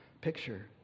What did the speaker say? picture